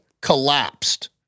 collapsed